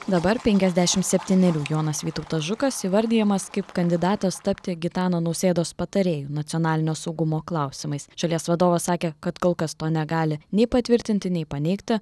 dabar penkiasdešimt septynerių jonas vytautas žukas įvardijamas kaip kandidatas tapti gitano nausėdos patarėju nacionalinio saugumo klausimais šalies vadovas sakė kad kol kas to negali nei patvirtinti nei paneigti